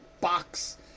box